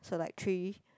so like three